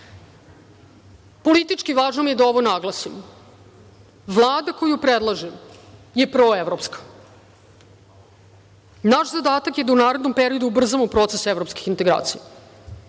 godina. Politički važno mi je da ovo naglasim, Vlada koju predlažem je proevropska. Naš zadatak je da u narednom periodu ubrzamo proces evropskih integracija.